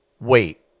wait